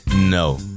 No